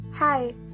Hi